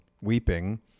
weeping